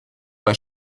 bei